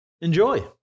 Enjoy